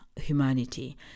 humanity